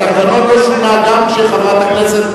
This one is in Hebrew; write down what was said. התקנון לא שונה, גם כאשר חברת הכנסת